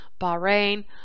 Bahrain